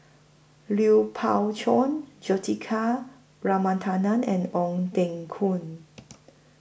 Lui Pao Chuen Juthika and Ong Teng Koon